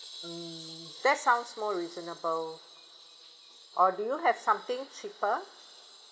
mm that sounds more reasonable or do you have something cheaper